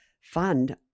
fund